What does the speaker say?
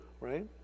right